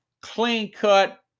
clean-cut